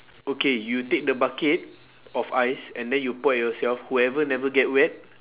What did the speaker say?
okay you take the bucket of ice and then you pour at yourself whoever never get wet